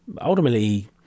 Ultimately